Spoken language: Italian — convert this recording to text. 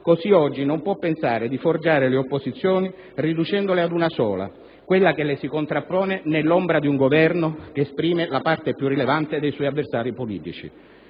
così oggi non può pensare di forgiare le opposizioni riducendole ad una sola, quella che le si contrappone nell'ombra di un governo che esprime la parte più rilevante dei suoi avversari politici.